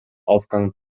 aufgang